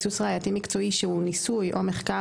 שהוא ניסוי או מחקר,